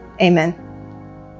Amen